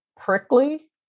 Prickly